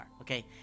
okay